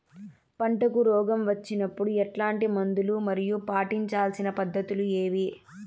పంటకు రోగం వచ్చినప్పుడు ఎట్లాంటి మందులు మరియు పాటించాల్సిన పద్ధతులు ఏవి?